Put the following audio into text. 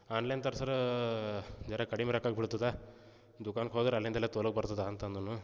on line ತರಿಸಿರೆ ಜರ ಕಡಿಮೆ ರೊಕ್ಕಕ್ಕೆ ಬೀಳ್ತದೆ ದುಕಾನಕ್ಕೆ ಹೋದ್ರೆ ಅಲ್ಲಿಂದಲೇ ತೋಲ ಬರ್ತದೆ ಅಂತೆಂದನು